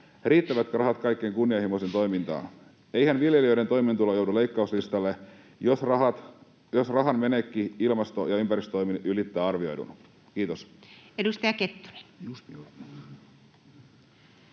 Riittävätkö rahat kaikkeen kunnianhimoiseen toimintaan? Eihän viljelijöiden toimeentulo joudu leikkauslistalle, jos rahan menekki ilmasto- ja ympäristötoimiin ylittää arvioidun? — Kiitos. [Speech